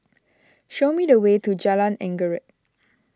show me the way to Jalan Anggerek